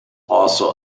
also